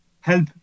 help